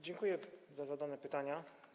Dziękuję za zadane pytania.